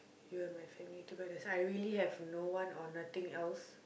you and my family to by the side I really have no one or nothing else